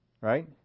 Right